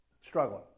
struggling